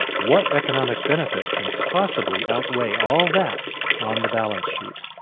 what economic benefit can possibly outweigh all that on the balance sheet?